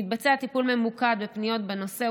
מתבצע טיפול ממוקד בפניות בנושא,